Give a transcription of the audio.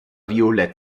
violett